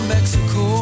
Mexico